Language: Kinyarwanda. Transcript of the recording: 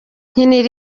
nkinira